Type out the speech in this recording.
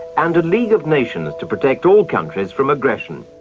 and a league of nations to protect all countries from aggression.